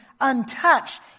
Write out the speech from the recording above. untouched